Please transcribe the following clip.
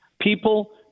people